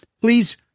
please